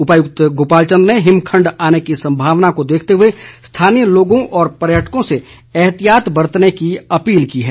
उपायुक्त गोपाल चन्द ने हिमखंड आने की संभावना को देखते हुए स्थानीय लोगों व पर्यटकों से एहतियात बरतने की अपील की है